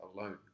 alone